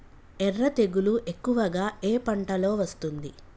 ఎర్ర తెగులు ఎక్కువగా ఏ పంటలో వస్తుంది?